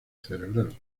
cerebral